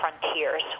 frontiers